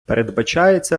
передбачається